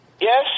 Yes